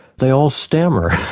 they all stammer,